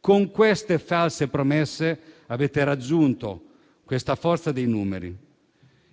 Con queste false promesse avete raggiunto questa forza dei numeri.